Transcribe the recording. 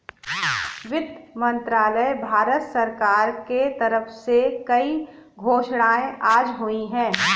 वित्त मंत्रालय, भारत सरकार के तरफ से कई घोषणाएँ आज हुई है